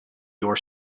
your